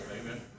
Amen